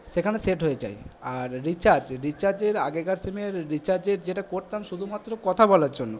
সেখানে সেট হয়ে যায় আর রিচার্জ রিচার্জের আগেকার সিমের রিচার্জের যেটা করতাম শুধুমাত্র কথা বলার জন্য